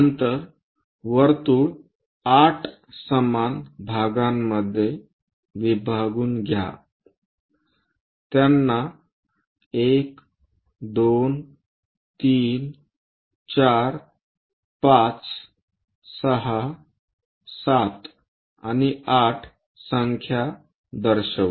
नंतर वर्तुळ 8 समान भागांमध्ये विभागून घ्या त्यांची 1 2 3 4 5 6 7 आणि 8 संख्या दर्शवा